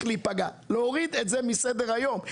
להוריד את זה מסדר היום.